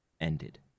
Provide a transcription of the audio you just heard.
ended